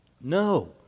No